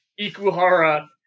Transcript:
Ikuhara